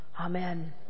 Amen